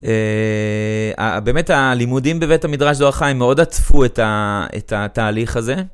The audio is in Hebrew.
אהה…באמת הלימודים בבית המדרש ״זוהר חיים״ מאוד עטפו את התהליך הזה.